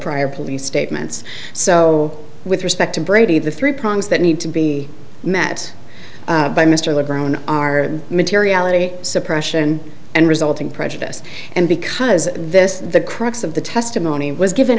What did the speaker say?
prior police statements so with respect to brady the three prongs that need to be met by mr brown our materiality suppression and resulting prejudice and because this the crux of the testimony was given